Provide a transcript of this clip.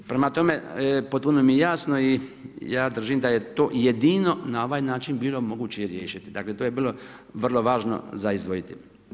Prema tome, potpuno mi je jasno i ja držim da je to jedino na ovaj način bilo moguće riješiti, dakle to je bilo vrlo važno za izdvojiti.